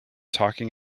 talking